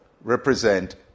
represent